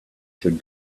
should